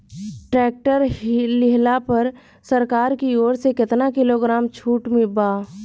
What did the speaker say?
Tractor लिहला पर सरकार की ओर से केतना किलोग्राम छूट बा?